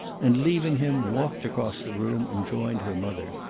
and, leaving him, walked across the room and joined her mother.